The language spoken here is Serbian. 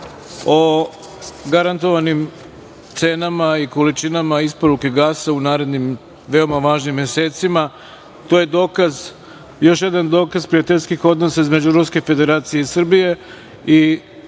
o garantovanim cenama i količinama isporuke gasa u narednim veoma važnim mesecima. To je još jedan dokaz prijateljskih odnosa između Ruske Federacije i Srbije